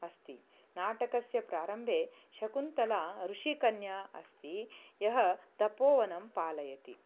अस्ति नाटकस्य प्रारम्भे शकुन्तला ऋषिकन्या अस्ति या तपोवनं पालयति